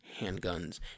handguns